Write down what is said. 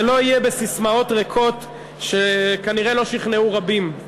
זה לא יהיה בססמאות ריקות, שכנראה לא שכנעו רבים.